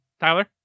Tyler